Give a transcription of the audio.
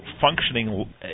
functioning